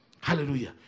Hallelujah